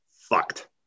fucked